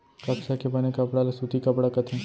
कपसा के बने कपड़ा ल सूती कपड़ा कथें